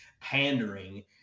pandering